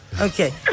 Okay